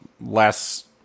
less